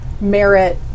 merit